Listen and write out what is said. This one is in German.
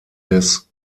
des